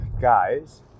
guys